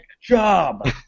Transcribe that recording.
job